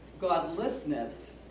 Godlessness